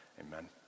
Amen